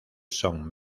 son